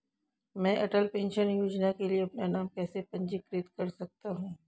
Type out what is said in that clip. मैं अटल पेंशन योजना के लिए अपना नाम कैसे पंजीकृत कर सकता हूं?